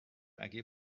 اگه